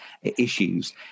issues